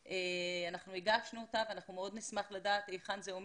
מאוד נשמח לדעת היכן זה עומד.